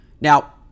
Now